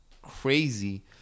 crazy